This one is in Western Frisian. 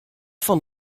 fan